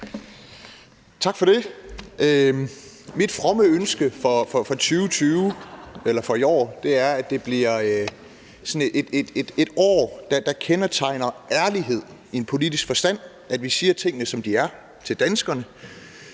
Tak for det. Mit fromme ønske for i år er, at det bliver et år, der er kendetegnet af ærlighed i politisk forstand – at vi siger tingene, som de er, til danskerne.